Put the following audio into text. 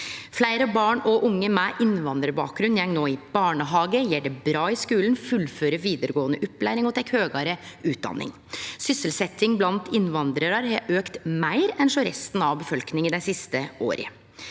Fleire barn og unge med innvandrarbakgrunn går no i barnehage, gjer det bra i skulen, fullfører vidaregåande opplæring og tek høgare utdanning. Sysselsetjing blant innvandrarar har auka meir enn hos resten av befolkninga dei siste åra.